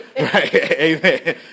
Amen